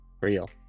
real